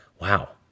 wow